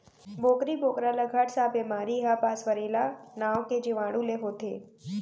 बोकरी बोकरा ल घट सांप बेमारी ह पास्वरेला नांव के जीवाणु ले होथे